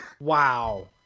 Wow